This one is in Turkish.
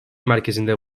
merkezinde